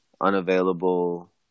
unavailable